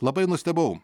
labai nustebau